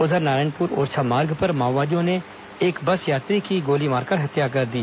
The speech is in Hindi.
उधर नारायणपुर ओरछा मार्ग पर माओवादियों ने एक बस यात्री की गोली मारकर हत्या कर दी